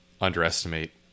underestimate